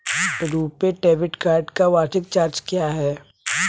RuPay debit card का वार्षिक charge क्या है?